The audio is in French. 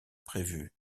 prévu